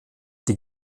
die